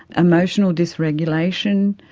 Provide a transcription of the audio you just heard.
emotional dysregulation,